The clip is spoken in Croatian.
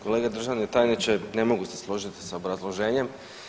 Kolega državni tajniče, ne mogu se složiti s obrazloženjem.